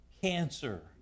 cancer